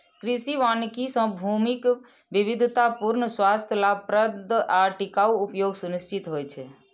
कृषि वानिकी सं भूमिक विविधतापूर्ण, स्वस्थ, लाभप्रद आ टिकाउ उपयोग सुनिश्चित होइ छै